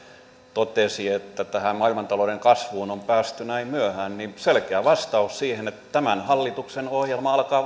totesi että tähän maailmantalouden kasvuun on päästy näin myöhään niin selkeä vastaus siihen on että tämän hallituksen ohjelma alkaa